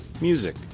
music